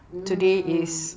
mm mm mm